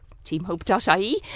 teamhope.ie